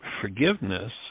forgiveness